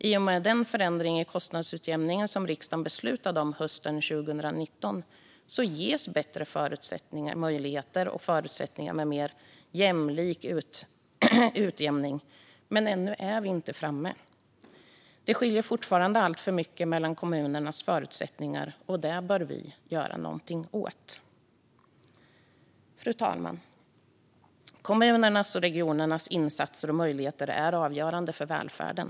I och med den förändring i kostnadsutjämningen som riksdagen beslutade om hösten 2019 ges bättre möjligheter till och förutsättningar för en mer jämlik utjämning, men ännu är vi inte framme. Det skiljer fortfarande alltför mycket mellan kommunernas förutsättningar. Det bör vi göra något åt. Fru talman! Kommunernas och regionernas insatser och möjligheter är avgörande för välfärden.